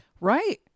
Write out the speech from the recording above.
Right